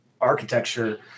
architecture